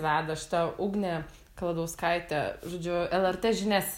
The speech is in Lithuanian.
veda šita ugnė kaladauskaitė žodžiu lrt žinias